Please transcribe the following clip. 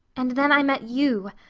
and then i met you.